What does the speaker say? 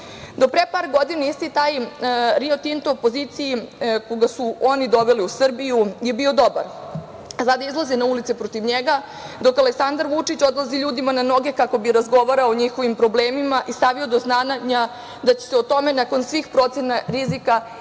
pre par godina isti taj „Rio Tinto“ u poziciji, koga su oni doveli u Srbiju, je bio dobar. Sada izlaze na ulice protiv njega dok Aleksandar Vučić odlazi ljudima na noge kako bi razgovarao o njihovim problemima i stavio do znanja da će se o tome nakon svih procena rizika na